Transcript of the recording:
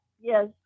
Yes